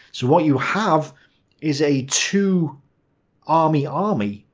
so what you have is a two army army,